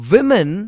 Women